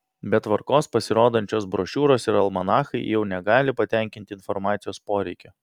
be tvarkos pasirodančios brošiūros ir almanachai jau negali patenkinti informacijos poreikio